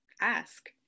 ask